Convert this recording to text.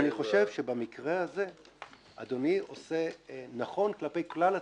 אני חושב שבמקרה הזה אדוני עושה נכון כלפי כלל הציבור,